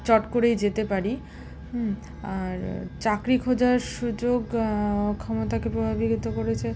চট করেই যেতে পারি আর চাকরি খোঁজার সুযোগ ক্ষমতাকে প্রভাবিত করেছে